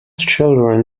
children